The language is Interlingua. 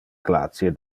glacie